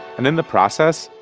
and in the process,